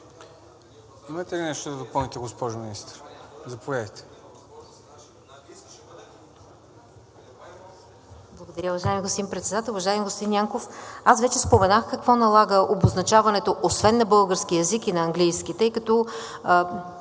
Имате ли нещо да допълните, госпожо Министър? Заповядайте.